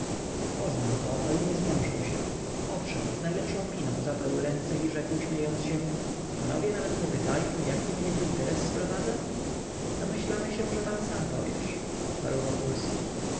poznał to ale nie zmięszał się owszem z najlepszą miną zatarł ręce i rzekł śmiejąc się panowie nawet nie pytają jaki mnie tu interes sprowadza domyślamy się że pan sam powiesz odparł wokulski